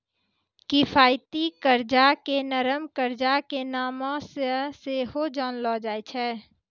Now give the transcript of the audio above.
किफायती कर्जा के नरम कर्जा के नामो से सेहो जानलो जाय छै